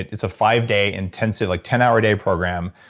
it's a five-day intensive, like ten hour day program.